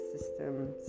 system's